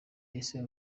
ese